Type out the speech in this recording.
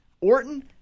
Orton